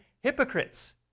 hypocrites